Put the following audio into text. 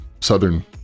Southern